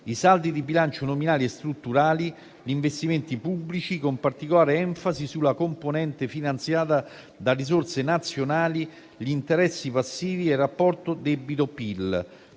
i saldi di bilancio nominali e strutturali, gli investimenti pubblici con particolare enfasi sulla componente finanziata da risorse nazionali, gli interessi passivi e il rapporto debito PIL.